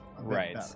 Right